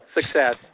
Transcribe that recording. Success